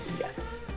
Yes